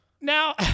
Now